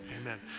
amen